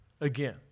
again